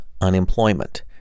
unemployment